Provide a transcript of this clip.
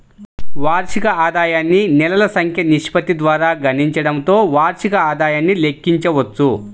వార్షిక ఆదాయాన్ని నెలల సంఖ్య నిష్పత్తి ద్వారా గుణించడంతో వార్షిక ఆదాయాన్ని లెక్కించవచ్చు